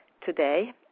today